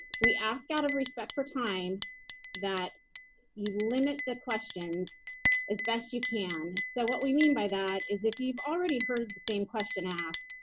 we ask out of respect for time that you limit the questions as best you can. so what we mean by that is if you've already heard the same question asked,